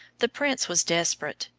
the prince was desperate.